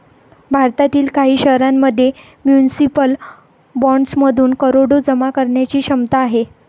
भारतातील काही शहरांमध्ये म्युनिसिपल बॉण्ड्समधून करोडो जमा करण्याची क्षमता आहे